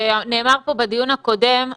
נאמר פה בדיון הקודם,